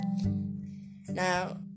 Now